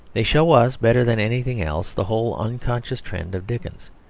they show us better than anything else the whole unconscious trend of dickens,